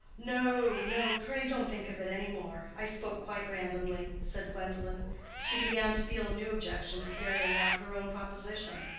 no, no, pray don't think of it any more i spoke quite randomly, said gwendolen she began to feel a new objection to carrying out her own proposition.